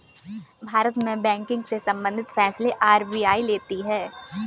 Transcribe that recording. भारत में बैंकिंग से सम्बंधित फैसले आर.बी.आई लेती है